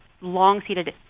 long-seated